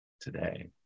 today